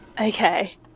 okay